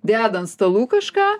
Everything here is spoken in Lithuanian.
deda ant stalų kažką